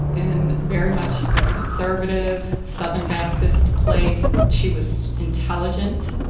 in very much a conservative, southern baptist place, she was intelligent.